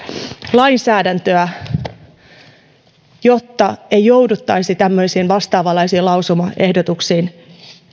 lainsäädäntöä niin että ei jouduttaisi tämmöisiin vastaavanlaisiin lausumaehdotuksiin